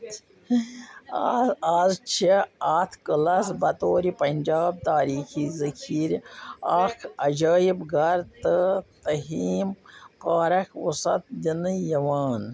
از چھے٘ اتھ قلعس بطورِ پنجاب تاریخی ذخیرِ اكھ عجٲیب گھر تہٕ تھیٖم پارک وسعت دِنہٕ یوان